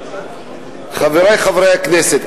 חברי חברי הכנסת,